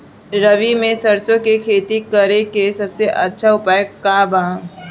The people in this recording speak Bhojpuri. रबी में सरसो के खेती करे के सबसे अच्छा उपाय का बा?